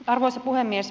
arvoisa puhemies